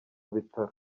bitaro